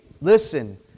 listen